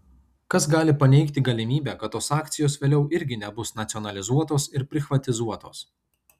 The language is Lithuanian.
kas gali paneigti galimybę kad tos akcijos vėliau irgi nebus nacionalizuotos ir prichvatizuotos